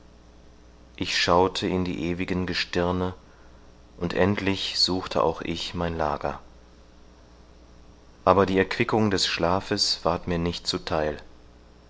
ich schaute in die ewigen gestirne und endlich suchte auch ich mein lager aber die erquickung des schlafes ward mir nicht zu theil